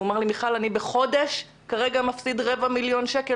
הוא אמר לי: אני בחודש מפסיד רבע מיליון שקל.